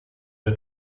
the